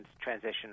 transition